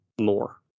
more